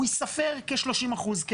הוא יספר כ-30 אחוז,